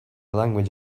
language